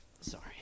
Sorry